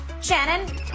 Shannon